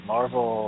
Marvel